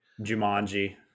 Jumanji